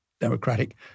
democratic